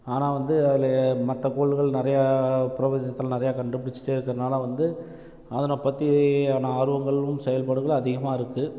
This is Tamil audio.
ஆனால் வந்து அதில் மற்ற கோள்கள் நிறையா பிரபஞ்சத்தில் நிறையா கண்டுபிடிச்சிட்டே இருக்கிறதுனால வந்து அதனை பற்றியான ஆர்வங்களும் செயல்பாடுகளும் அதிகமாக இருக்குது